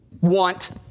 want